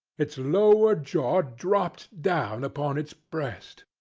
its lower jaw dropped down upon its breast!